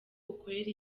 ukorera